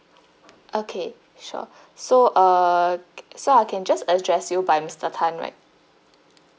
okay sure so uh so I can just address you by mister tan right